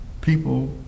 People